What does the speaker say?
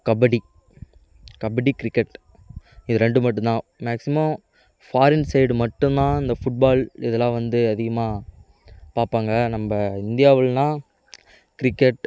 kabaddi kabaddi cricket இது ரெண்டு மட்டுந்தான் மேக்ஸிமம் ஃபாரின் சைடு மட்டுந்தான் இந்த ஃபுட்பால் இதலாம் வந்து அதிகமாக பார்ப்பாங்க நம்ம இந்தியாவில்னால் கிரிக்கெட்